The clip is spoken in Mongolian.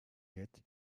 гээд